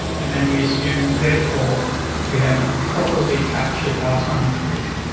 and then we assume therefore we have properly captured alzheimer's disease.